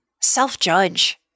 self-judge